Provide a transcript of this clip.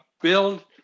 build